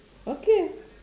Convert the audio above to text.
okay